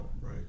right